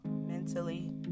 mentally